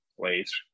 place